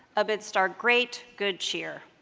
amidst our great good cheer!